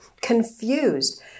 confused